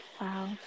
wow